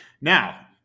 Now